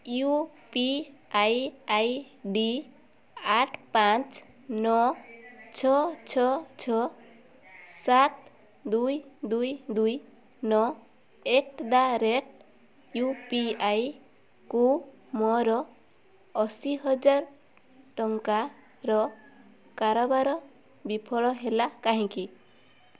you P I I D ଆଠ ପାଞ୍ଚ ନଅ ଛଅ ଛଅ ଛଅ ସାତ ଦୁଇ ଦୁଇ ଦୁଇ ନଅ ଏଟ୍ ଦ ରେଟ୍ ୟୁପିଆଇକୁ ମୋର ଅଶୀ ହଜାର ଟଙ୍କାର କାରବାର ବିଫଳ ହେଲା କାହିଁକି